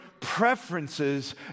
preferences